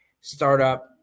startup